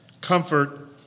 Comfort